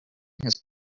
his